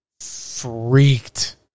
freaked